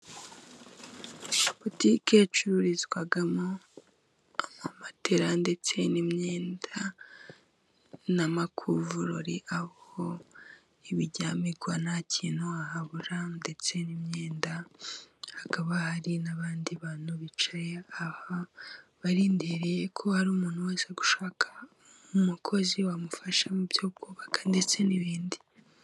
Butike icururizwamo ama matera ndetse n'imyenda ,n'amakuvurirori aho ibiryamirwa nta kintu wahabura ndetse n'imyenda hakaba hari n'abandi bantu bicaye aho, barindiriyeko hari umuntu waza gushaka umukozi wamufasha mu byo kubaka ndetse n'ibindi.